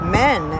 men